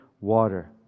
water